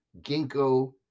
ginkgo